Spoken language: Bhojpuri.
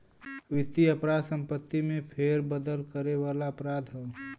वित्तीय अपराध संपत्ति में फेरबदल करे वाला अपराध हौ